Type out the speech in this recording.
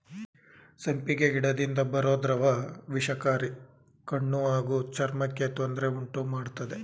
ಸಂಪಿಗೆ ಗಿಡದಿಂದ ಬರೋ ದ್ರವ ವಿಷಕಾರಿ ಕಣ್ಣು ಹಾಗೂ ಚರ್ಮಕ್ಕೆ ತೊಂದ್ರೆ ಉಂಟುಮಾಡ್ತದೆ